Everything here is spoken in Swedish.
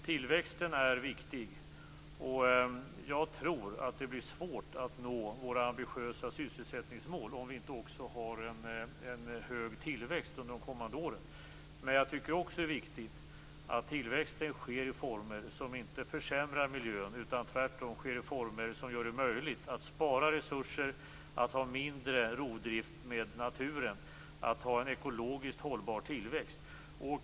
Tillväxten är viktig, och jag tror att det blir svårt att nå våra ambitiösa sysselsättningsmål om vi inte har en hög tillväxt under de kommande åren. Men jag tycker också att det är viktigt att tillväxten sker i former som inte försämrar miljön utan tvärtom gör det möjligt att spara resurser, att ha mindre rovdrift på naturen och att ha en ekologiskt hållbar tillväxt.